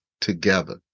together